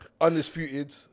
undisputed